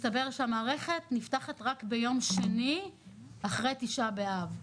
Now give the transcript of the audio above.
מסתבר שהמערכת נפתחת רק ביום שני אחרי תשעה באב.